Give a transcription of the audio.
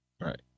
Right